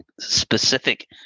specific